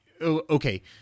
okay